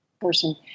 person